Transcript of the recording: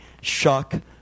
shock